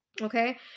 okay